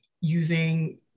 using